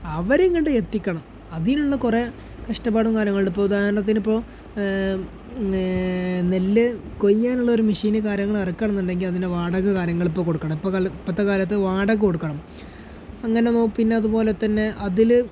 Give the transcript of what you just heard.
അവരിങ്ങോട്ട് എത്തിക്കണം അതിനുള്ള കുറേ കഷ്ടപ്പാടും കാര്യങ്ങളും ഉണ്ട് ഇപ്പോൾ ഉദാഹരണത്തിന് ഇപ്പോൾ നെല്ല് നെല്ല് കൊയ്യാനുള്ളൊരു മെഷീന് കാര്യങ്ങൾ ഇറക്കണം എന്നുണ്ടെങ്കിൽ അതിൻ്റെ വാടക കാര്യങ്ങളിപ്പോൾ കൊടുക്കണം ഇപ്പോൾ ഇപ്പോഴത്തെ കാലത്ത് വാടക കൊടുക്കണം അങ്ങനെ പിന്നതുപോലെതന്നെ അതിൽ